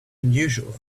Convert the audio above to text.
unusual